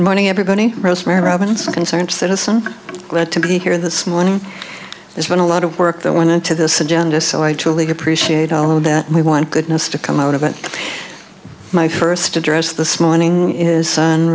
morning everybody rosemary robinson concerned citizen glad to be here this morning there's been a lot of work that went into this agenda so i truly appreciate all of that we want goodness to come out of it my first address this morning is